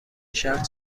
شهر